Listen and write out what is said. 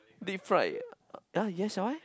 deep fried yea yea yes ah why